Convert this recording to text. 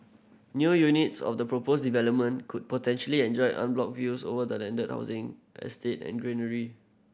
new units of the proposed development could potentially enjoy unblocked views over the landed housing estate and greenery